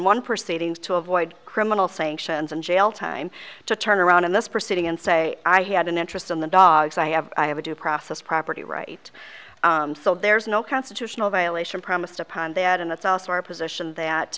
one proceedings to avoid criminal sanctions and jail time to turn around in this proceeding and say i had an interest in the dogs i have i have a due process property right so there is no constitutional violation premised upon that and that's also our position